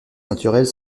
naturelles